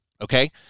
okay